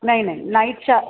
नाही नाही नाईटचा